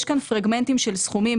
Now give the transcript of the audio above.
יש פה פרגמנטים של סכומים.